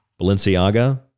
Balenciaga